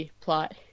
plot